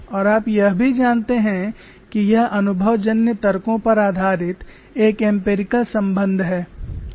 और आप यह भी जानते हैं कि यह अनुभवजन्य तर्कों पर आधारित एक एम्पिरिकल संबंध है